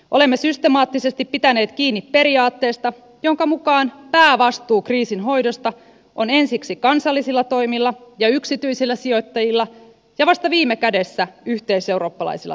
olemme systemaattisesti pitäneet kiinni periaatteesta jonka mukaan päävastuu kriisin hoidosta on ensiksi kansallisilla toimilla ja yksityisillä sijoittajilla ja vasta viime kädessä yhteiseurooppalaisilla toimilla